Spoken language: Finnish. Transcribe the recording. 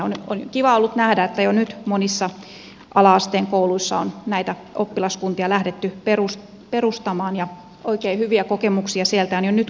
on kiva ollut nähdä että jo nyt monissa ala asteen kouluissa on näitä oppilaskuntia lähdetty perustamaan ja oikein hyviä kokemuksia sieltä on jo nyt kuulunut